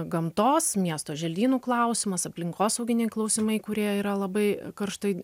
gamtos miesto želdynų klausimas aplinkosauginiai klausimai kurie yra labai karštai